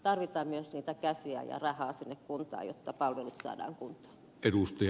tarvitaan myös niitä käsiä ja rahaa sinne kuntaan jotta palvelut saadaan kuntoon